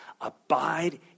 abide